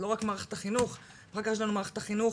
לא רק מערכת החינוך, אחר כך יש לנו מערכת החינוך